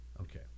Okay